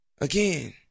Again